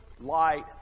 light